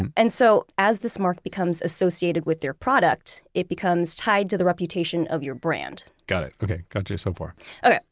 and and so as this mark becomes associated with your product, it becomes tied to the reputation of your brand got it. okay. got you so far okay.